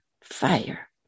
fire